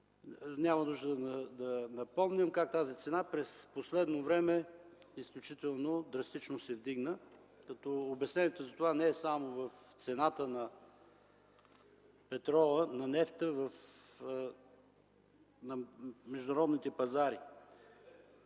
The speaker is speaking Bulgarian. Няма нужда да напомням как тази цена в последно време изключително драстично се вдигна. Обяснението затова не е само в цената на петрола, на нефта на международните пазари.